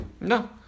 No